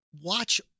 watch